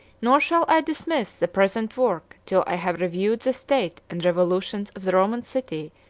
nor shall i dismiss the present work till i have reviewed the state and revolutions of the roman city,